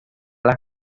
las